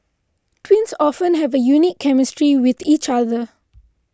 twins often have a unique chemistry with each other